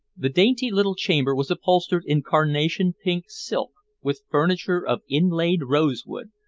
the dainty little chamber was upholstered in carnation-pink silk with furniture of inlaid rosewood,